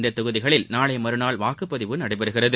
இந்த தொகுதிகளில் நாளை மறுநாள் வாக்குப்பதிவு நடைபெறுகிறது